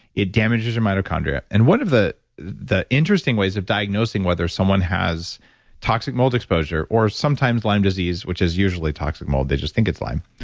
it damages your mitochondria and one of the the interesting ways of diagnosing whether someone has toxic mold exposure or sometimes lyme disease, which is usually toxic mold, they just think it's lyme.